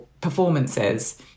performances